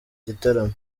gitaramo